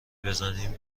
بزنیم